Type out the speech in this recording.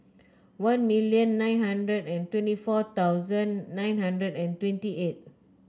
one million nine hundred and twenty four thousand nine hundred and twenty eight